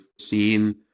seen